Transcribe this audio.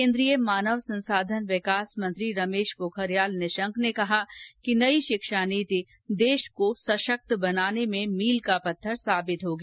केन्द्रीय मानव संसाधन विकास मंत्री रमेश पोखरियाल निशंक ने कहा कि नई शिक्षा नीति देश को सशक्त बनाने में मील का पत्थर साबित होगी